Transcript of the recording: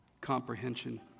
comprehension